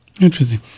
interesting